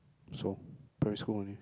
so primary school only